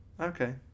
Okay